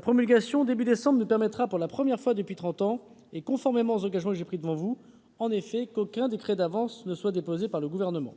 prochain, nous permettra, pour la première fois depuis trente ans, et, conformément aux engagements que j'ai pris devant vous, de faire en sorte qu'aucun décret d'avance ne soit déposé par le Gouvernement.